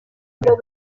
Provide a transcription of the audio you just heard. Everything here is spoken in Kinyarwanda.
burwayi